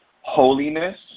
holiness